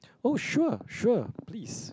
oh sure sure please